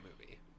movie